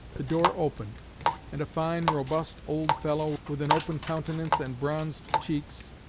the door opened and a fine, robust old fellow, with an open countenance and bronzed cheeks,